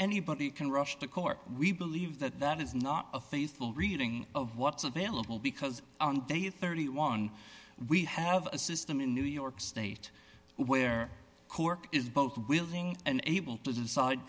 anybody can rush to court we believe that that is not a faithful reading of what's available because they have thirty one we have a system in new york state where cork is both willing and able to decide